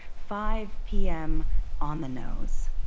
five pm on the nose.